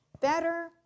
better